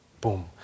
boom